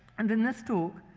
and in this talk,